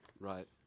Right